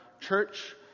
church